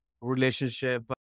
relationship